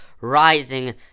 rising